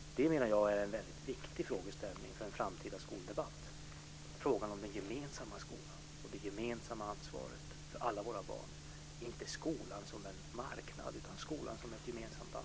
Detta är väldigt viktiga frågeställningar för en framtida skoldebatt, menar jag: frågorna om den gemensamma skolan och det gemensamma ansvaret för alla våra barn - inte skolan som en marknad utan skolan som ett gemensamt ansvar.